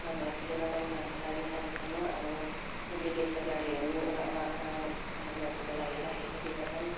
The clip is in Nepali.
नभएकोले गर्दा उनीहरूको लागि सानो सानो अब सेन्डिकेटका गाडीहरू उनीहरू वहाँ कमानवासीका लागि राखिदिएका छन्